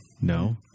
No